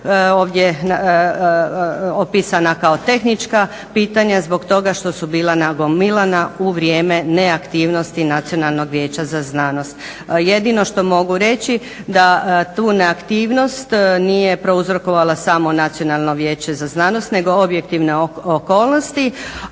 ovdje opisana kao tehnička pitanja zbog toga što su bila nagomilana u vrijeme neaktivnosti Nacionalnog vijeća za znanost. Jedino što mogu reći da tu neaktivnost nije prouzrokovalo samo Nacionalno vijeće za znanost nego objektivne okolnosti,